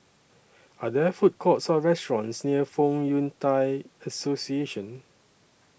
Are There Food Courts Or restaurants near Fong Yun Thai Association